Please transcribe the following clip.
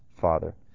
father